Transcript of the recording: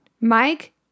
Mike